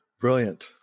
Brilliant